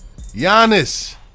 Giannis